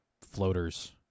floaters